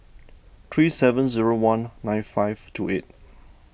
three seven zero one nine five two eight